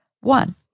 One